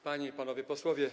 Panie i Panowie Posłowie!